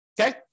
okay